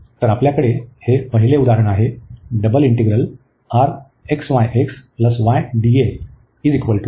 तर आपल्याकडे हे पहिले उदाहरण आहे ∬Rxyx y dA